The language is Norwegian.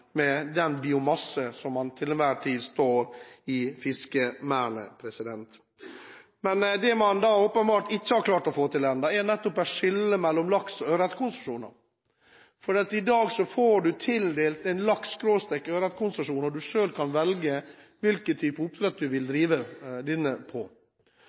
med den biomasse som til enhver tid står i fiskemerdene. Det man åpenbart ikke har klart å få til ennå, er et skille mellom laksekonsesjoner og ørretkonsesjoner. I dag får man tildelt en lakse-/ørretkonsesjon. Man kan selv velge hvilken type oppdrett man vil ha. I områder med høyt innslag av brakkvann, altså lavt saltinnhold, kan